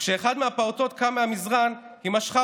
וכשאחד מהפעוטות קם מהמזרן היא משכה